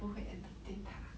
不会 entertain 他